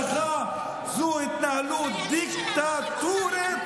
אבל להשתמש בהדחה זה התנהלות דיקטטורית.